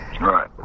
right